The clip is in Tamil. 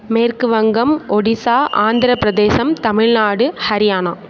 மேற்கு வங்கம் ஒடிசா ஆந்திர பிரதேசம் தமிழ்நாடு ஹரியானா